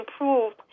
improved